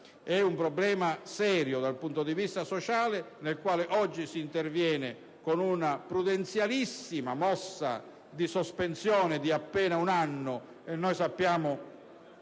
è un problema serio dal punto di vista sociale, sul quale oggi si interviene con una prudenzialissima mossa di sospensione di appena un anno